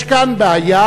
יש כאן בעיה,